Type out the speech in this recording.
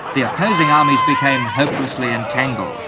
the opposing armies became hopelessly entangled.